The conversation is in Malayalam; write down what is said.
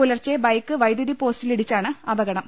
പുലർച്ചെ ബൈക്ക് വൈദ്യുതി പോസ്റ്റിലിടിച്ചാണ് അപകടം